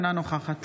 אינה נוכחת